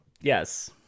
yes